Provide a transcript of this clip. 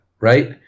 right